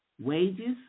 Wages